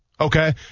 Okay